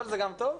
אבל זה גם טוב.